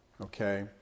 Okay